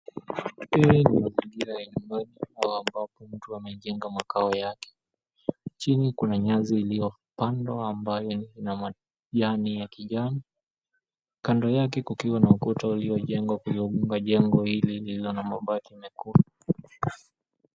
Kuna nyumba iliyojengwa ambayo mtu amejenga makao yake. Chini kuna nyasi iliyopandwa ambayo ni na majani ya kijani. Kando yake kukiwa na ukuta uliyojengwa kuzunguka jengo hili lililo na mabati mekundu.